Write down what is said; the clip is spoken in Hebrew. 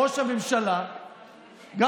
שמונה ראשי ממשלה יש לנו היום.